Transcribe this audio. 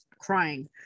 crying